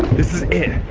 this is it,